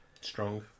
Strong